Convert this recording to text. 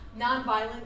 nonviolent